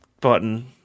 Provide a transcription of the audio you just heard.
button